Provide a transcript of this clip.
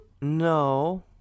No